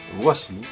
voici